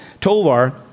Tovar